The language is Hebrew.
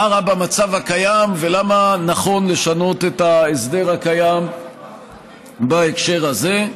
מה רע במצב הקיים ולמה נכון לשנות את ההסדר הקיים בהקשר הזה.